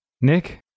Nick